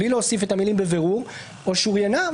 בלי להוסיף את המילים בבירור או שוריינה.